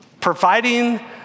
providing